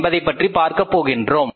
என்பதைப் பார்க்கப்போகின்றோம்